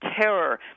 terror